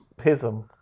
Pism